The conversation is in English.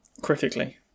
Critically